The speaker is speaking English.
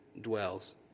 dwells